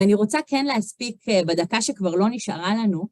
אני רוצה כן להספיק בדקה שכבר לא נשארה לנו.